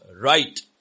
right